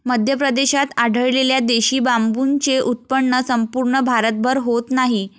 मध्य प्रदेशात आढळलेल्या देशी बांबूचे उत्पन्न संपूर्ण भारतभर होत नाही